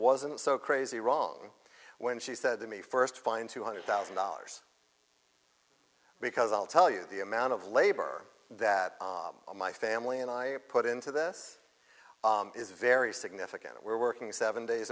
wasn't so crazy wrong when she said to me first find two hundred thousand dollars because i'll tell you the amount of labor that my family and i put into this is very significant we're working seven days